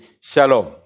Shalom